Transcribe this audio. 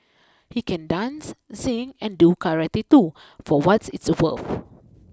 he can dance sing and do karate too for what it's worth